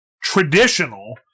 traditional